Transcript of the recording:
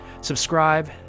Subscribe